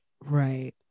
right